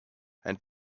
and